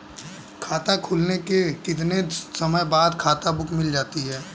खाता खुलने के कितने समय बाद खाता बुक मिल जाती है?